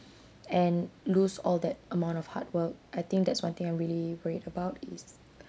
and lose all that amount of hard work I think that's one thing I'm really worried about is